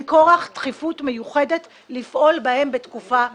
כורח ודחיפות מיוחדת לפעול בהם בתקופה זו.